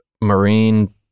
marine